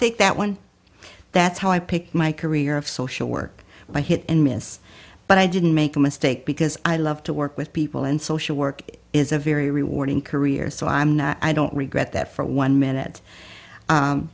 take that one that's how i pick my career of social work by hit and miss but i didn't make a mistake because i love to work with people and social work is a very rewarding career so i'm not i don't regret that for one minute